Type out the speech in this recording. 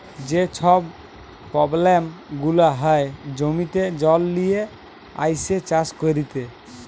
যে ছব পব্লেম গুলা হ্যয় জমিতে জল লিয়ে আইসে চাষ ক্যইরতে